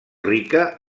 rica